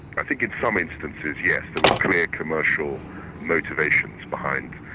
i think in some instances, yes. there were clear commercial motivations behind,